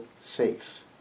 safe